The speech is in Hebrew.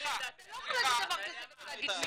---- אתה לא יכול להגיד דבר כזה ולא להגיד מי.